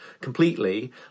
completely